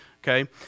Okay